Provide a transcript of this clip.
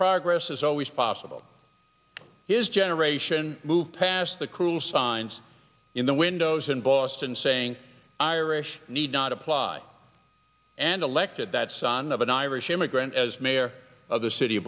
progress is always possible his generation moved past the cruel signs in the windows in boston saying irish need not apply and elected that son of an irish immigrant as mayor of the city